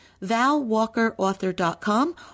valwalkerauthor.com